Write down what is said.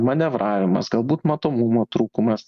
manevravimas galbūt matomumo trūkumas